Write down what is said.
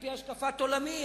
על-פי השקפת עולמי,